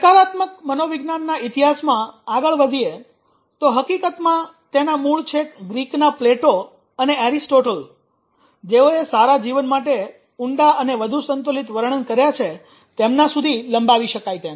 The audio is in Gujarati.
સકારાત્મક મનોવિજ્ઞાનના ઇતિહાસમાં આગળ વધીએ તો હકીકતમાં તેના મૂળ છેક ગ્રીકના પ્લેટો અને એરિસ્ટોટલ જેઓએ સારા જીવન માટે ઊંડા અને વધુ સંતુલિત વર્ણન કર્યા છે તેમના સુધી લંબાવી શકાય તેમ છે